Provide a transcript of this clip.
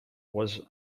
was